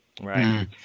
right